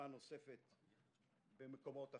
ובמקומות אחרים.